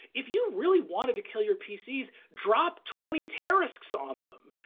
if you really wanted to kill your pcs, drop twenty tarrasques on them,